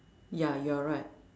ya you're right